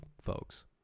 folks